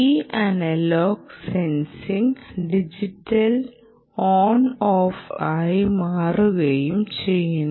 ഈ analogue sensing digital on off ആയി മാറുകയും ചെയ്യുന്നു